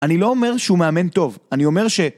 אני לא אומר שהוא מאמן טוב, אני אומר ש...